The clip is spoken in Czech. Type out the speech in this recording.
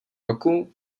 roku